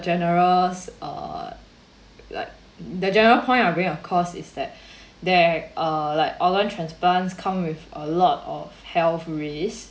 generals uh like the general point I'm bringing across is that there uh like organ transplants come with a lot of health risk